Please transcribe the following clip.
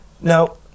No